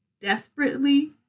desperately